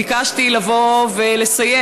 מה שלצערי הרב ביקשתי לבוא ולסיים.